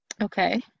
okay